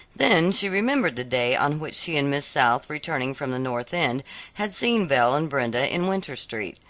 then she remembered the day on which she and miss south returning from the north end had seen belle and brenda in winter street.